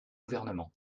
gouvernement